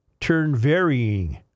turn-varying